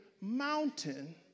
mountain